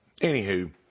anywho